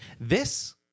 This-